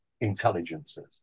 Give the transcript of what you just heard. intelligences